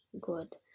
good